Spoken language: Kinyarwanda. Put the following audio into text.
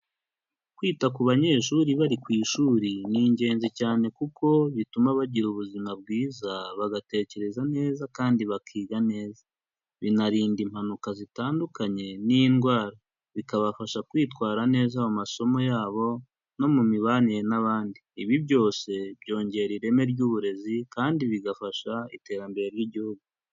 Kwita ku banyeshuri bari ku ishuri ni ingenzi cyane kuko bituma bagira ubuzima bwiza bagatekereza neza kandi bakiga neza, binarinda impanuka zitandukanye n'indwara, bikabafasha kwitwara neza mu masomo yabo no mu mibanire n'abandi, ibi byose byongera ireme ry'uburezi, kandi bigafasha iterambere ry'igihugu.